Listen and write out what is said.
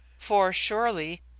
for, surely,